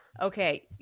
Okay